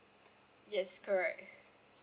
yes correct